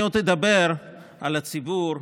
אני עוד אדבר על הציבור.